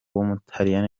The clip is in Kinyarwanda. w’umutaliyani